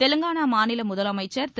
தெலங்கானா மாநில முதலமைச்சர் திரு